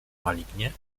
malignie